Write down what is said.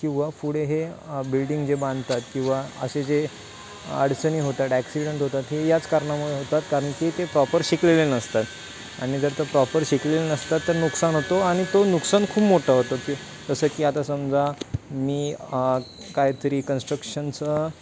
किंवा पुढे हे बिल्डिंग जे बांधतात किंवा असे जे अडचणी होतात ॲक्सिडेंट होतात हे याच कारणामुळे होतात कारण की ते प्रॉपर शिकलेले नसतात आणि जर तो प्रॉपर शिकलेले नसतात तर नुकसान होतो आणि तो नुकसान खूप मोठं होतं की जसं की आता समजा मी कायतरी कन्स्ट्रक्शनचं